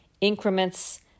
increments